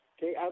Okay